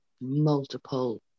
multiple